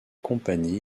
compagnies